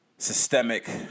systemic